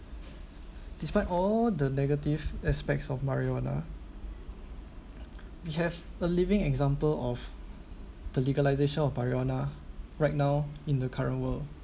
despite all the negative aspects of marijuana we have a living example of the legalization of marijuana right now in the current world